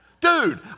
Dude